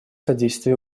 содействие